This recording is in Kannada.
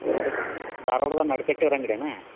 ನೋಡಿಕ್ ಧಾರ್ವಾಡ್ದಾಗ ನಡುಕಟ್ಟೆವ್ರ ಅಂಗ್ಡಿನಾ